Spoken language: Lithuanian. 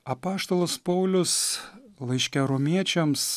apaštalas paulius laiške romiečiams